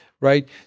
right